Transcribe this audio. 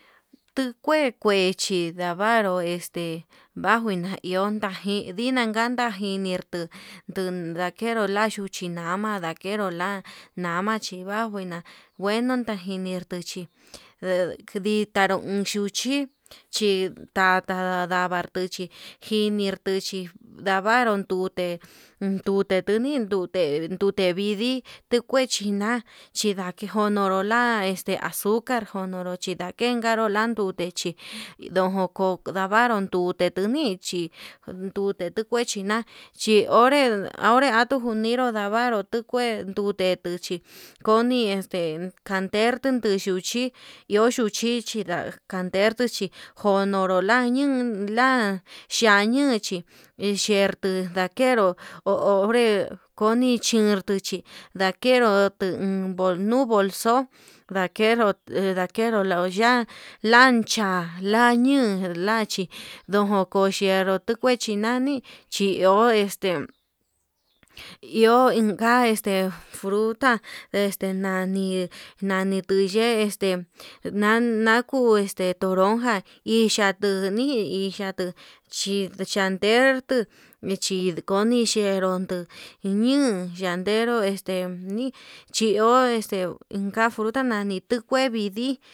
Tukue kuechi ndavaru este bajo naiunda, iin ndita janda endii ndu ndulakeru ndan chuchi nama ndakenru, la nama chindakuinrá ngueno tajirni tuchí nde ditanru iin xhuchi chi tata ndavar xuchi, njirni nduchi ndavaru duu ute ndute tenin nduu ndute ndute vidii tekue china'a xhindake ndono nrai, este azucar njonoro chindaken kanduru ndute chí ndojon ko'o ndavaru ndute tunichi ndute tuu kue china onre onre ndatuu juninru ndava'a nru tu kue nduu te tuchí koner este tandete nduchi iho tu chichi ndar janderchi ho nonro lan ñin la'a, xhia ñuchi exierto ndakero ho onré koni cher nduchi ndakenru uun nduu bolso ndakero, lanya'a lancha nañoo lachí ndojo tuchenru ndukue china'a nani chi iho este iho inka este fruta este nani, nani tuu yee este na naku este toronja ixhia tuni ixhiatu chi chantertu michi koni xheró nduu ñuu ndandero este nii chi iho este ka fruta nani tuu kue vidii.